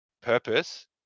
purpose